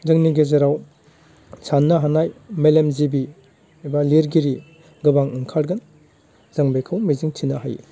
जोंनि गेजेराव साननो हानाय मेलेम जिबि एबा लिरगिरि गोबां ओंखारगोन जों बेखौ मिजिं थिनो हायो